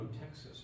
Texas